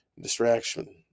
distraction